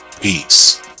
peace